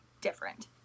different